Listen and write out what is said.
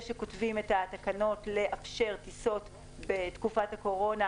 כותבים את התקנות שיאפשרו טיסות בתקופת הקורונה,